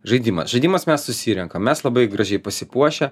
žaidimas žaidimas mes susirenkam mes labai gražiai pasipuošę